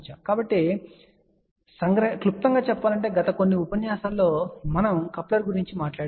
కాబట్టి సంగ్రహించి చెప్పాలంటే గత కొన్ని ఉపన్యాసాలలో మనము కప్లర్ల గురించి మాట్లాడాము